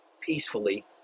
peacefully